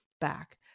back